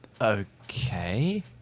Okay